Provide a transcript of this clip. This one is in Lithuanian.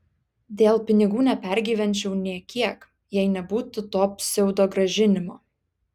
dėl pinigų nepergyvenčiau nė kiek jei nebūtų to pseudogrąžinimo